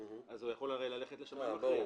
הוא יכול ללכת לשמאי מכריע.